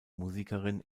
musikerin